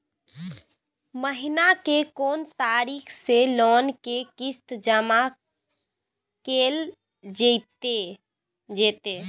महीना के कोन तारीख मे लोन के किस्त जमा कैल जेतै?